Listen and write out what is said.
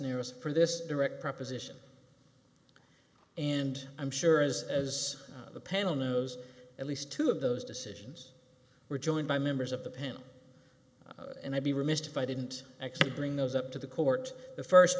cisneros for this direct proposition and i'm sure as as the panel knows at least two of those decisions were joined by members of the panel and i'd be remiss if i didn't actually bring those up to the court the first